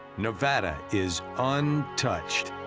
nevada is untouched.